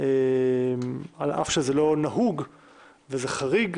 על אף שזה לא נהוג וזה חריג.